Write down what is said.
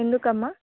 ఎందుకమ్మ